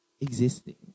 existing